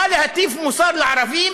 ובא להטיף מוסר לערבים